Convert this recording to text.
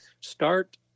start